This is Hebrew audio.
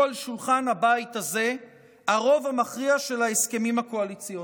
על שולחן הבית הזה הרוב המכריע של ההסכמים הקואליציוניים.